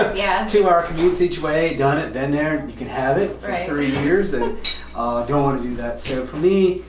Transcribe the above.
ah yeah. two-hour commutes each way done it, been there. and you can have it for three years. right. don't want to do that. so for me,